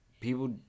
people